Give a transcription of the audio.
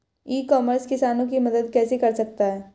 ई commerce किसानों की मदद कैसे कर सकता है?